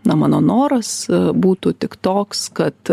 na mano noras būtų tik toks kad